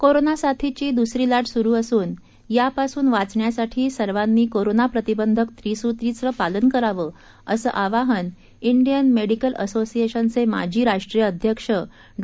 corona साथीची दुसरी लाट सुरू असून यापासून वाचण्यासाठी सर्वांनी कोरोना प्रतिबंधक त्रिसूत्रीचं पालन करावं असं आवाहन डियन मेडिकल असोसिएशन चे माजी राष्टीय अध्यक्ष डॉ